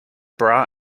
bra